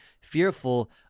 fearful